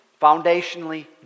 foundationally